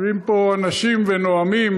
יושבים פה אנשים ונואמים,